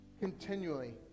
continually